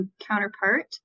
counterpart